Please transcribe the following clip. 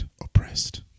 oppressed